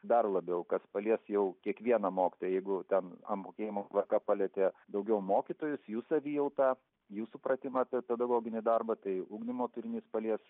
dar labiau kas palies jau kiekvieną mokytoją jeigu ten apmokėjimo tvarka palietė daugiau mokytojus jų savijautą jų supratimą apie pedagoginį darbą tai ugdymo turinys palies